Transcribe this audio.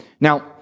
Now